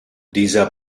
dieser